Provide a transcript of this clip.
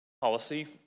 policy